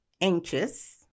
anxious